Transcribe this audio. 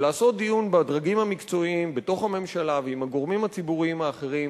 ולעשות דיון בדרגים המקצועיים בתוך הממשלה ועם הגורמים הציבוריים אחרים,